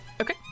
Okay